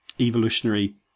evolutionary